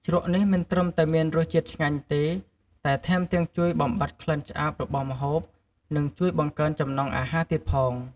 ជ្រក់នេះមិនត្រឹមតែមានរសជាតិឆ្ងាញ់ទេ តែថែមទាំងជួយបំបាត់ក្លិនឆ្អាបរបស់ម្ហូប និងជួយបង្កើនចំណង់អាហារទៀតផង។